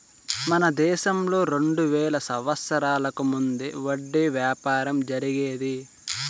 మన దేశంలో రెండు వేల సంవత్సరాలకు ముందే వడ్డీ వ్యాపారం జరిగేది